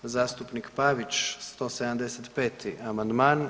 Zastupnik Pavić 175. amandman.